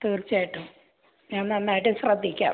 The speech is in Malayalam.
തീർച്ചയായിട്ടും ഞാൻ നന്നായിട്ട് ശ്രദ്ധിക്കാം